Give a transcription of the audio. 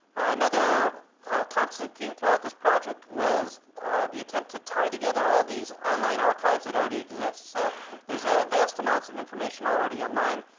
another constant theme throughout this project was the attempt to tie together all these online archives that already exist. so there's ah vast amounts of information already online,